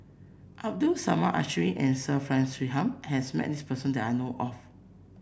Abdul Samad Ismail and Sir Frank Swettenham has met this person that I know of